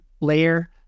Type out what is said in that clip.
layer